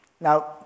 Now